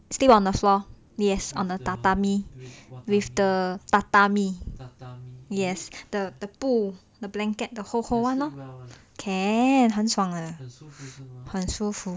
sleep on the floor yes on the tatami with the tatami yes the the 布 the blanket the 厚厚 can 很爽的很舒服